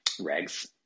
regs